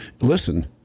listen